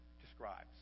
describes